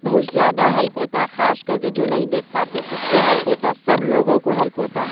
بہت زیادہ ہیلپ ہوتا ہے خاص کر کے جو نہیں دیکھ پاتے ہیں اس کو ہیلپ ہوتا ہے سب لوگوں کو ہیلپ ہوتا ہے